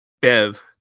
Bev